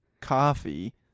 coffee